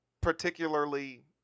particularly